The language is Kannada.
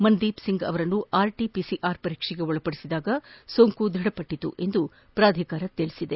ಮನ್ದೀಪ್ ಸಿಂಗ್ ಅವರನ್ನು ಆರ್ಟ ಪಿಸಿಆರ್ ಪರೀಕ್ಷೆಗೆ ಒಳಪಡಿಸಿದಾಗ ಸೋಂಕು ದೃಢಪಟ್ಟಿತು ಎಂದು ಪ್ರಾಧಿಕಾರ ಹೇಳಿದೆ